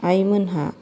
आइमोनहा